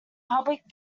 public